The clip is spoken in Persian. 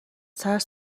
ترس